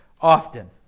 often